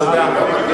הצעה טובה.